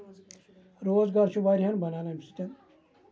روزگار چھُ واریاہن بَنان اَمہِ سۭتۍ